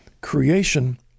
Creation